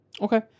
Okay